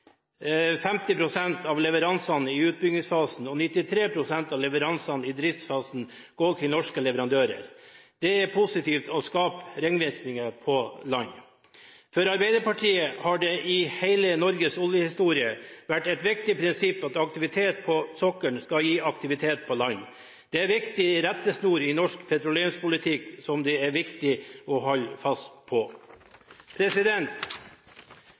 av leveransene i utbyggingsfasen og 93 pst. av leveransene i driftsfasen gå til norske leverandører. Det er positivt og skaper ringvirkninger på land. For Arbeiderpartiet har det i hele Norges oljehistorie vært et viktig prinsipp at aktivitet på sokkelen skal gi aktivitet på land, og det er en viktig rettesnor i norsk petroleumspolitikk som det er viktig å holde fast